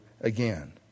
again